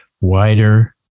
wider